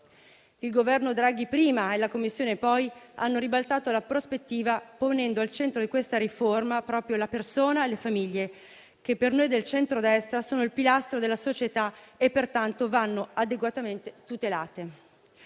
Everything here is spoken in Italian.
Il Governo Draghi, prima, e la Commissione, poi, hanno ribaltato la prospettiva, ponendo al centro di questa riforma proprio la persona e le famiglie, che per noi del centrodestra sono il pilastro della società e pertanto vanno adeguatamente tutelate.